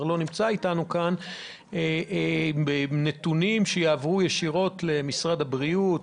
אם הנתונים יועברו ישירות למשרד הבריאות,